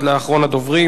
לא, הבעת עמדה,